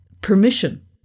permission